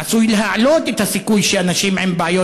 עשוי להעלות את הסיכוי שאנשים עם בעיות